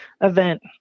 event